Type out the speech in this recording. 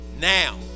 now